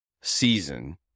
season